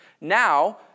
Now